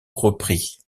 repris